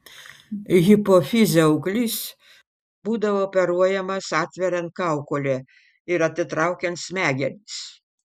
hipofizio auglys būdavo operuojamas atveriant kaukolę ir atitraukiant smegenis